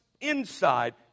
inside